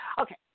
Okay